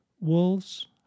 Wolves